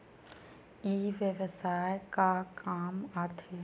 ई व्यवसाय का काम आथे?